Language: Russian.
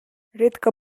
редко